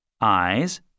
Eyes